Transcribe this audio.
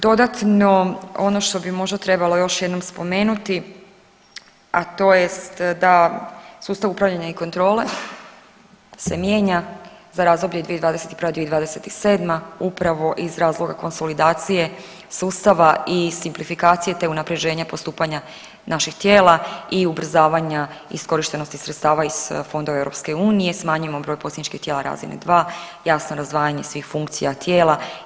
Dodatno ono što bi možda trebalo još jednom spomenuti, a to je da sustav upravljanja i kontrole se mijenja za razdoblje 2021.-2027. upravo iz razloga konsolidacije sustava i simplifikacije te unapređenja postupanja naših tijela i ubrzavanja iskorištenosti sredstava iz fondova EU, smanjujemo posredničkih tijela razine 2, jasno razdvajanje svih funkcija tijela.